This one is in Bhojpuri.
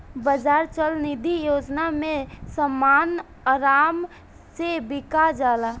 बाजार चल निधी योजना में समान आराम से बिका जाला